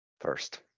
first